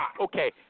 Okay